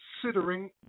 considering